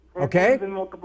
Okay